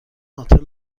آتن